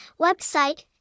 website